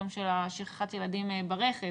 גם של שכחת ילדים ברכב,